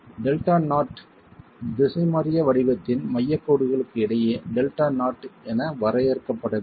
delta naught Δ0 திசைமாறிய வடிவத்தின் மையக் கோடுகளுக்கு இடையே Δ0 என வரையறுக்கப்படவில்லை